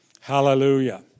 Hallelujah